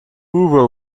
were